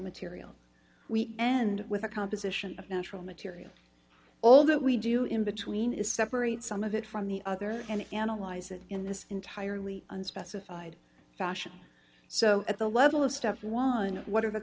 materials we end with a composition of natural materials all that we do in between is separate some of it from the other and analyze it in this entirely unspecified fashion so at the level of step one what